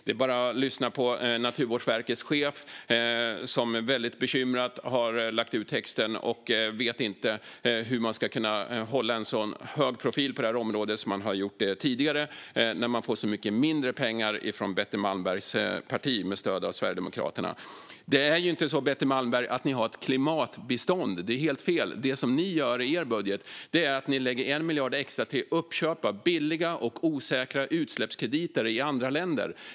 Det är bara att lyssna på Naturvårdsverkets chef som är mycket bekymrad och inte vet hur man ska kunna hålla samma höga profil som tidigare på detta område när man får så mycket mindre pengar av Betty Malmbergs parti med stöd av Sverigedemokraterna. Ni har inget klimatbistånd, Betty Malmberg. Det ni gör i er budget är att lägga 1 miljard extra till uppköp av billiga och osäkra utsläppskrediter i andra länder.